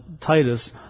Titus